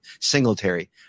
Singletary